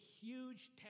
huge